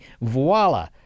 Voila